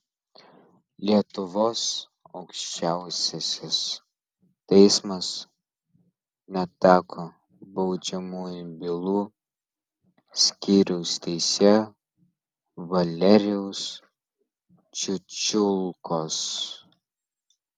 lietuvos aukščiausiasis teismas neteko baudžiamųjų bylų skyriaus teisėjo valerijaus čiučiulkos